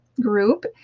group